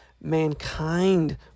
mankind